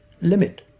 limit